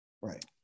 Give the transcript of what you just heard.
right